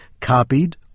copied